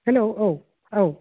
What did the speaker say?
हेल' औ औ